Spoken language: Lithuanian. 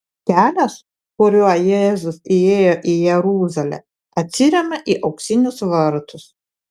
kelias kuriuo jėzus įėjo į jeruzalę atsiremia į auksinius vartus